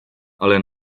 ale